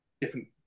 different